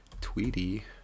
Tweety